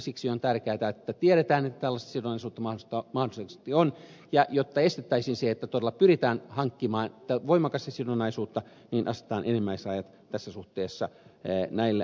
siksi on tärkeätä että tiedetään että tällaista sidonnaisuutta mahdollisesti on ja jotta estettäisiin se että todella pyritään hankkimaan voimakasta sidonnaisuutta asetetaan enimmäisrajat tässä suhteessa näille avustuksille